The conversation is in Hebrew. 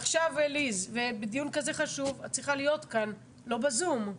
ליז, בדיון כזה חשוב את צריכה להיות כאן, לא בזום.